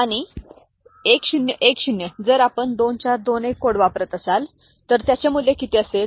आणि 1010 जर आपण 2421 कोड वापरत असाल तर त्याचे मूल्य किती असेल